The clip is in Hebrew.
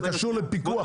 זה קשור לפיקוח.